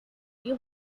you